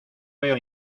veo